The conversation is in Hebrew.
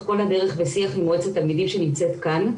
כל הדרך בשיח עם מועצת תלמידים שנמצאת כאן.